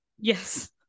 Yes